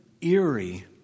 eerie